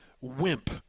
wimp